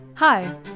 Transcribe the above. Hi